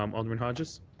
um alderman hodges?